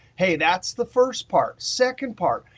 hey, that's the first part. second part,